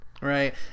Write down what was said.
Right